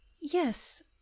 yes